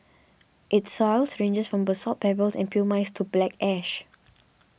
its soils range from basalt pebbles and pumice to black ash